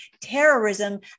terrorism